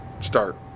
start